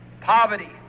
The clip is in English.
poverty